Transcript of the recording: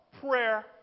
prayer